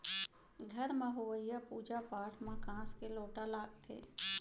घर म होवइया पूजा पाठ म कांस के लोटा लागथे